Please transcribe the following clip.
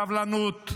סבלנות.